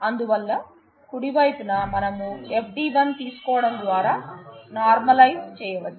అందువల్ల కుడివైపున మనం FD 1 తీసుకోవడం ద్వారా నార్మలైజ్ చేయవచ్చు